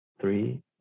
three